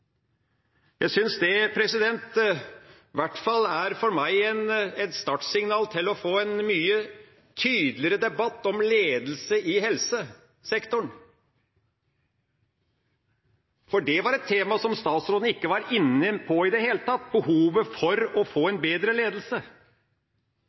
Jeg synes det, i hvert fall for meg, er et startsignal til å få en mye tydeligere debatt om ledelse i helsesektoren. Det var et tema som statsråden ikke var inne på i det hele tatt: behovet for å få